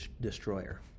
destroyer